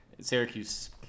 Syracuse